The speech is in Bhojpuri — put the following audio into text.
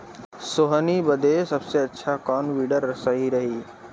सोहनी बदे सबसे अच्छा कौन वीडर सही रही?